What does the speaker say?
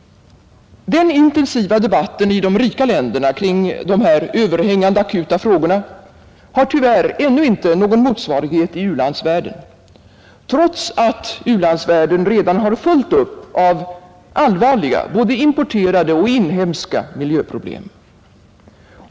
Den intensiva debatten i de rika länderna kring dessa överhängande akuta frågor har, tyvärr, ännu inte någon motsvarighet i u-landsvärlden, trots att u-landsvärlden redan har fullt upp av allvarliga både importerade och inhemska miljöproblem.